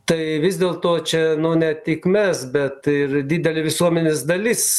tai vis dėlto čia ne tik mes bet ir didelė visuomenės dalis